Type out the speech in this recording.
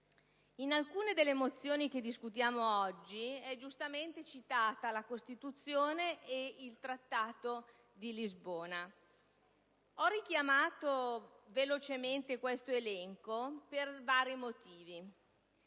In alcune delle mozioni oggi in discussione sono giustamente citati la Costituzione e il Trattato di Lisbona. Ho richiamato velocemente tale elenco per vari motivi.